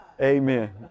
Amen